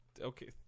Okay